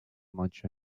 much